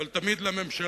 אבל תמיד לממשלה,